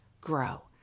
grow